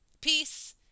peace